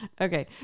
okay